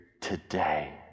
today